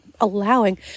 allowing